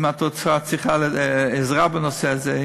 אם את רוצה עזרה בנושא הזה,